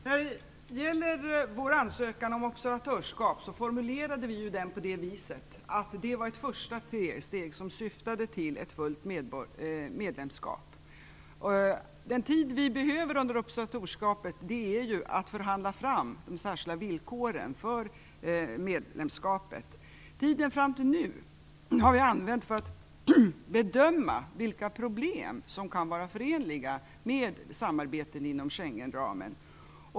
Herr talman! När det gäller vår ansökan om observatörskap formulerade vi den på det viset att det var ett första steg som syftade till ett fullt medlemskap. Den tid vi behöver under observatörskapet är den tid det tar att förhandla fram de särskilda villkoren för medlemskapet. Tiden fram till nu har vi använt till att bedöma vilka problem som kan vara förenliga med samarbetet inom Schengenramen.